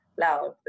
loud